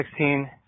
2016